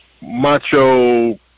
macho